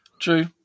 True